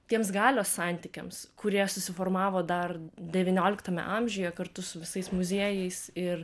tiems galios santykiams kurie susiformavo dar devynioliktame amžiuje kartu su visais muziejais ir